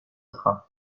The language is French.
train